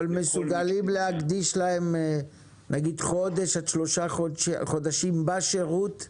אבל מסוגלים להקדיש להם נגיד חודש עד שלושה חודשים בשירות,